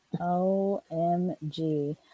o-m-g